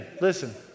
Listen